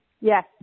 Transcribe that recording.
yes